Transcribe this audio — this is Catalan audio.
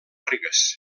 ribes